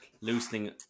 loosening